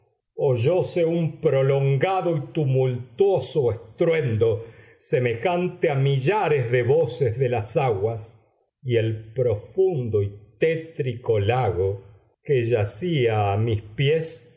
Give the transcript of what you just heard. dos partes oyóse un prolongado y tumultuoso estruendo semejante a millares de voces de las aguas y el profundo y tétrico lago que yacía a mis pies